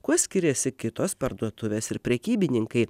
kuo skiriasi kitos parduotuvės ir prekybininkai